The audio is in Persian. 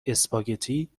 اسپاگتی